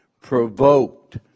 provoked